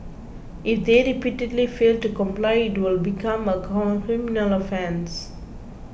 if they repeatedly fail to comply it will become a criminal offence